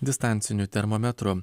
distanciniu termometru